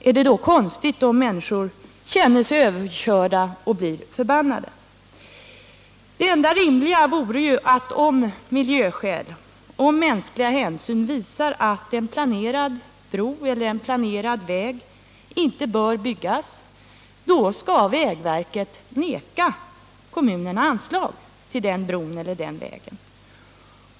Är det då konstigt om människor känner sig överkörda och blir förargade? Det enda rimliga vore ju, att om miljöskäl och mänskliga hänsyn visar att en planerad bro eller en planerad väg inte bör byggas, så skall vägverket vägra att bevilja anslag till kommunerna för den bron eller den vägen.